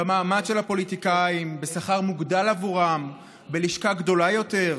במעמד של הפוליטיקאים: בשכר מוגדל עבורם בלשכה גדולה יותר,